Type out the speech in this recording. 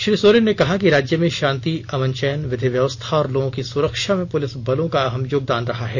श्री सोरेन ने कहा कि राज्य में शांति अमन चैन विधि व्यवस्था और लोगों की सुरक्षा में पुलिस बलों का अहम योगदान रहा है